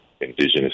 indigenous